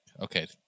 Okay